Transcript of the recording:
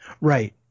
Right